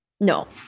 No